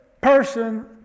person